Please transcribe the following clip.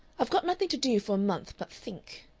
i've got nothing to do for a month but think.